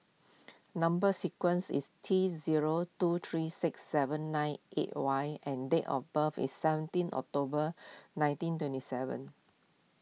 Number Sequence is T zero two three six seven nine eight Y and date of birth is seventeen October nineteen twenty seven